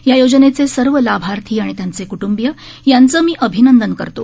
या योजनेचे सर्व लाभार्थी आणि त्यांचे क्टंबीय यांचे मी अभिनंदन करतो